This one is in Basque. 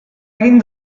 egin